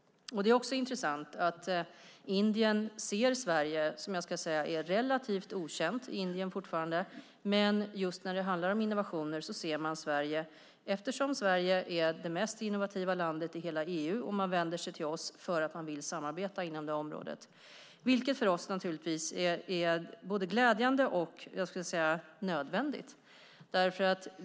Sverige är fortfarande relativt okänt i Indien, men det är intressant att man just när det handlar om innovationer, eftersom Sverige är det mest innovativa landet i hela EU, vänder sig till oss för att man vill samarbeta inom detta område, vilket är både glädjande och nödvändigt för oss.